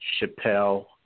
Chappelle